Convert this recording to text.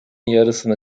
yarısını